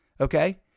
okay